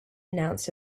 announced